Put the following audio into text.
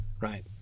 right